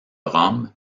rome